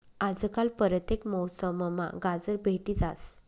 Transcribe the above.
आजकाल परतेक मौसममा गाजर भेटी जास